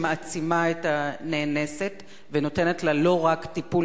שמעצימה את הנאנסת ונותנת לה לא רק טיפול